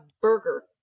burger